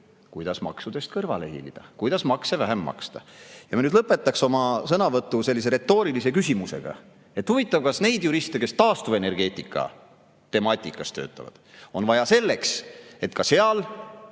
kuidas maksudest kõrvale hiilida, kuidas makse vähem maksta. Ma lõpetaksin nüüd oma sõnavõtu sellise retoorilise küsimusega. Huvitav, kas neid juriste, kes taastuvenergeetika temaatikas töötavad, on vaja selleks, et ka seal